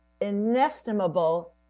inestimable